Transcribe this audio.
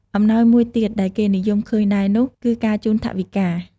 អំំណោយមួយទៀតដែលគេនិយមឃើញដែរនោះ គឺការជូនថវិកា។